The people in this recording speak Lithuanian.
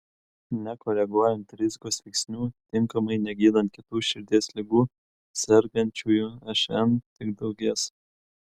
nekoreguojant rizikos veiksnių tinkamai negydant kitų širdies ligų sergančiųjų šn tik daugės